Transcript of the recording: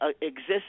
exists